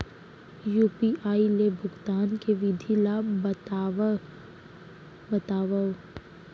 UPI ले भुगतान के विधि ला बतावव